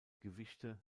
gewichte